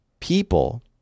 people